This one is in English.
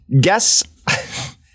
Guess